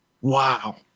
wow